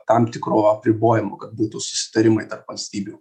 tam tikro apribojimo kad būtų susitarimai tarp valstybių